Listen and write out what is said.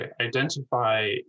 identify